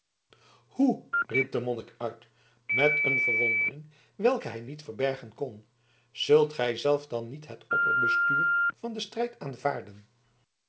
hoe riep de monnik uit met een verwondering welke hij niet verbergen kon zult gij zelf dan niet het opperbestuur van den strijd aanvaarden